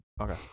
Okay